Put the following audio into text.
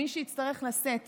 מי שיצטרך לשאת